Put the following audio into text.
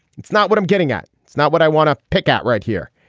it's not what i'm getting at. it's not what i want to pick out right here.